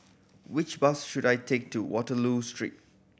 which bus should I take to Waterloo Street